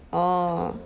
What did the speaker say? orh